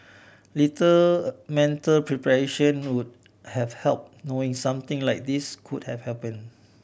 little mental preparation would have help knowing something like this could have happen